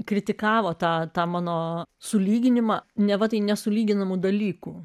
kritikavo tą tą mano sulyginimą neva tai nesulyginamų dalykų